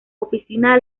oficina